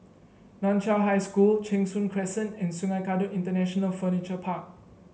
Nan Chiau High School Cheng Soon Crescent and Sungei Kadut International Furniture Park